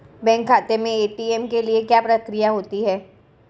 Bank खाते में ATM के लिए क्या प्रक्रिया होती है?